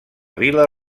vil·la